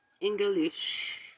English